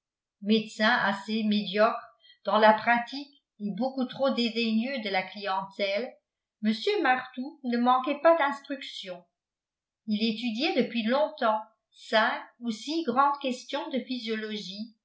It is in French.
médecin assez médiocre dans la pratique et beaucoup trop dédaigneux de la clientèle mr martout ne manquait pas d'instruction il étudiait depuis longtemps cinq ou six grandes questions de physiologie